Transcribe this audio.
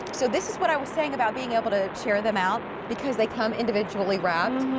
so this is what i was saying about being able to share them out because they come individually wrapped.